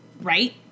right